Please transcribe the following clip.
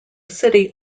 city